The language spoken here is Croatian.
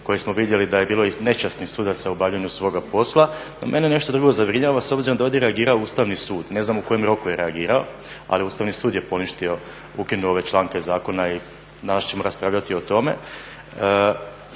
koje smo vidjeli da je bilo i nečasnih sudaca u obavljanju svojeg posla. No mene nešto drugo zabrinjava, s obzirom da je ovdje reagirao Ustavni sud, ne znam u kojem roku je reagirao ali Ustavni sud je poništio ukinuo ove članke zakona i danas ćemo raspravljati o tome.